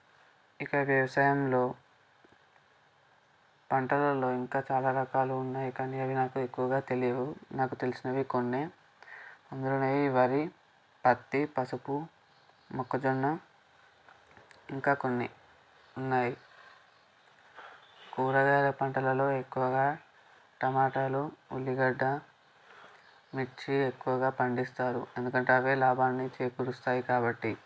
ఇక్కడ వ్యవసాయంలో పంటలలో ఇంకా చాలా రకాలు ఉన్నాయి కానీ అవి నాకు ఎక్కువగా తెలియవు నాకు తెలిసినవి కొన్నే అందులోనే ఈ వరి పత్తి పసుపు మొక్కజొన్న ఇంకా కొన్ని ఉన్నాయి కూరగాయల పంటలలో ఎక్కువగా టమాటాలు ఉల్లిగడ్డ మిర్చి ఎక్కువగా పండిస్తారు ఎందుకంటే అవే లాభాలని చేకూరుస్తాయి కాబట్టి